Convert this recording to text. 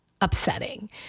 upsetting